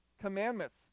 commandments